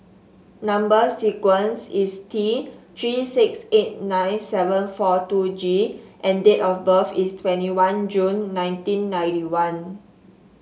number sequence is T Three six eight nine seven four two G and date of birth is twenty one June nineteen ninety one